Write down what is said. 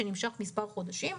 ונמשך מספר חודשים,